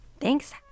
Thanks